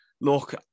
Look